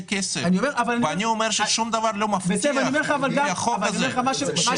כסף ואני אומר ששום דבר לא מבטיח לפי החוק הזה.